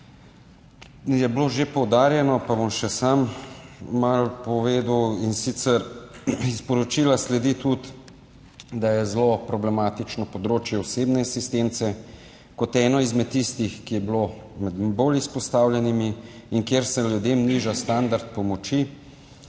Je bilo že poudarjeno, pa bom še sam malo povedal, in sicer, iz poročila sledi tudi, da je zelo problematično področje osebne asistence kot eno izmed tistih, ki je bilo med bolj izpostavljenimi in kjer se ljudem niža standard pomoči,